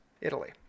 Italy